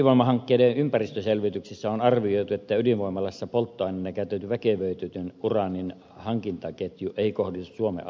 ydinvoimahankkeiden ympäristöselvityksissä on arvioitu että ydinvoimalassa polttoaineena käytetyn väkevöitetyn uraanin hankintaketju ei kohdistu suomen alueelle